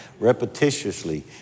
repetitiously